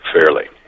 fairly